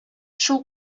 шул